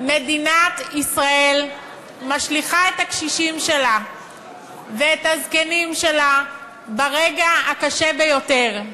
מדינת ישראל משליכה את הקשישים שלה ואת הזקנים שלה ברגע הקשה ביותר.